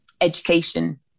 education